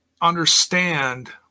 understand